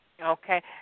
Okay